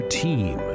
team